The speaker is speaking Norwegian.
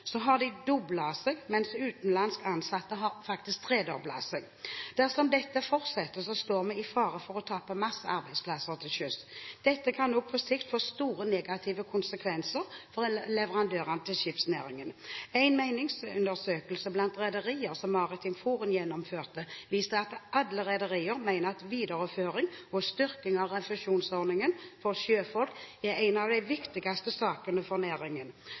har antall norske ansatte doblet seg, mens antall utenlandske ansatte faktisk har tredoblet seg. Dersom dette fortsetter, står vi i fare for å tape mange arbeidsplasser til sjøs. Dette kan på sikt også få store negative konsekvenser for leverandørene til skipsnæringen. En meningsundersøkelse som Maritimt Forum gjennomførte blant rederier, viste at alle rederier mener at videreføring og styrking av refusjonsordningen for sjøfolk er en av de viktigste sakene for næringen.